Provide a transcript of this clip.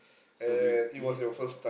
so we we need